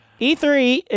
E3